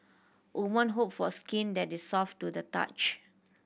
woman hope for skin that is soft to the touch